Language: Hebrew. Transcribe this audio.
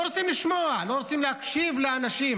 לא רוצים לשמוע, לא רוצים להקשיב לאנשים.